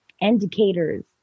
indicators